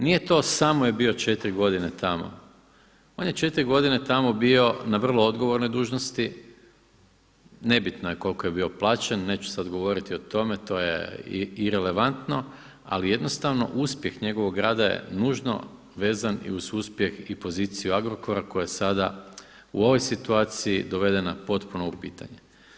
Nije to samo je bio četiri godine tamo, on je četiri godine tamo bio na vrlo odgovornoj dužnosti, nebitno je koliko je bio plaćen, neću sada govoriti o tome, to je irelevantno, ali jednostavno uspjeh njegovog rada je nužno vezan i uz uspjeh i poziciju Agrokora koja sada u ovoj situaciji dovedena potpuno u pitanje.